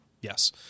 Yes